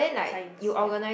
science ya